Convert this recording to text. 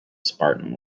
spartan